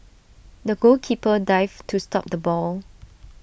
the goalkeeper dived to stop the ball